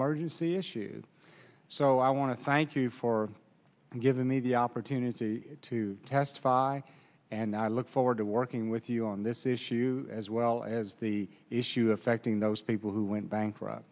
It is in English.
emergency issue so i want to thank you for giving me the opportunity to testify and i look forward to working with you on this issue as well as the issue affecting those people who went bankrupt